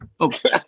Okay